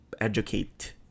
educate